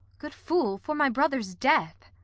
good fool, for my brother's death.